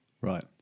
Right